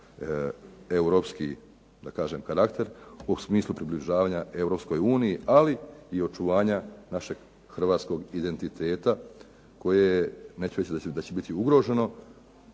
da kažem karakter, u smislu približavanja EU, ali i očuvanja našeg hrvatskog identiteta koje je, neću reći da će biti ugroženo